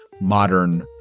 modern